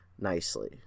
nicely